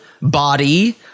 body